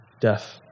death